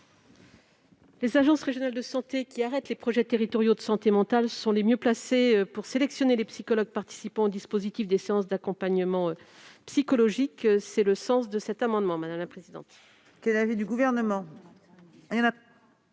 Les agences régionales de santé, qui arrêtent les projets territoriaux de santé mentale, sont les mieux placées pour sélectionner les psychologues participant au dispositif des séances d'accompagnement psychologique. Les deux amendements suivants sont identiques. L'amendement